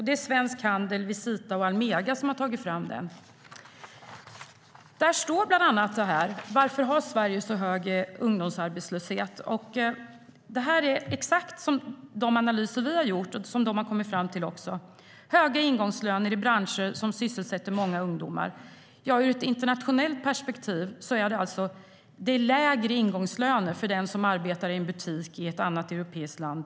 Det är Svensk Handel, Visita och Almega som har tagit fram den. Där ställs bland annat frågan: "Varför har Sverige en så hög ungdomsarbetslöshet?" I skriften har man kommit fram till detsamma som vi gjort i våra analyser. En orsak är att vi i ett internationellt perspektiv har "höga ingångslöner i branscher som sysselsätter många ungdomar". Det är lägre ingångslöner för den som arbetar i en butik i till exempel ett annat europeiskt land.